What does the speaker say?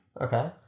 Okay